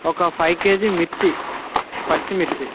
ఒక five KG మిర్చి పచ్చిమిర్చి